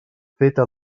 feta